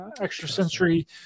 extrasensory